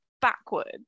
backwards